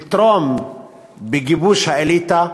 לתרום בגיבוש האליטה,